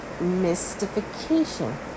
mystification